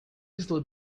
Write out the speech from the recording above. easily